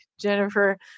jennifer